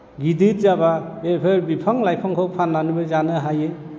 गिदिर जाबा बेफोर बिफां लाइफांखौ फाननानैबो जानो हायो